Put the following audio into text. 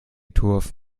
turf